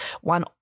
one